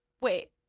wait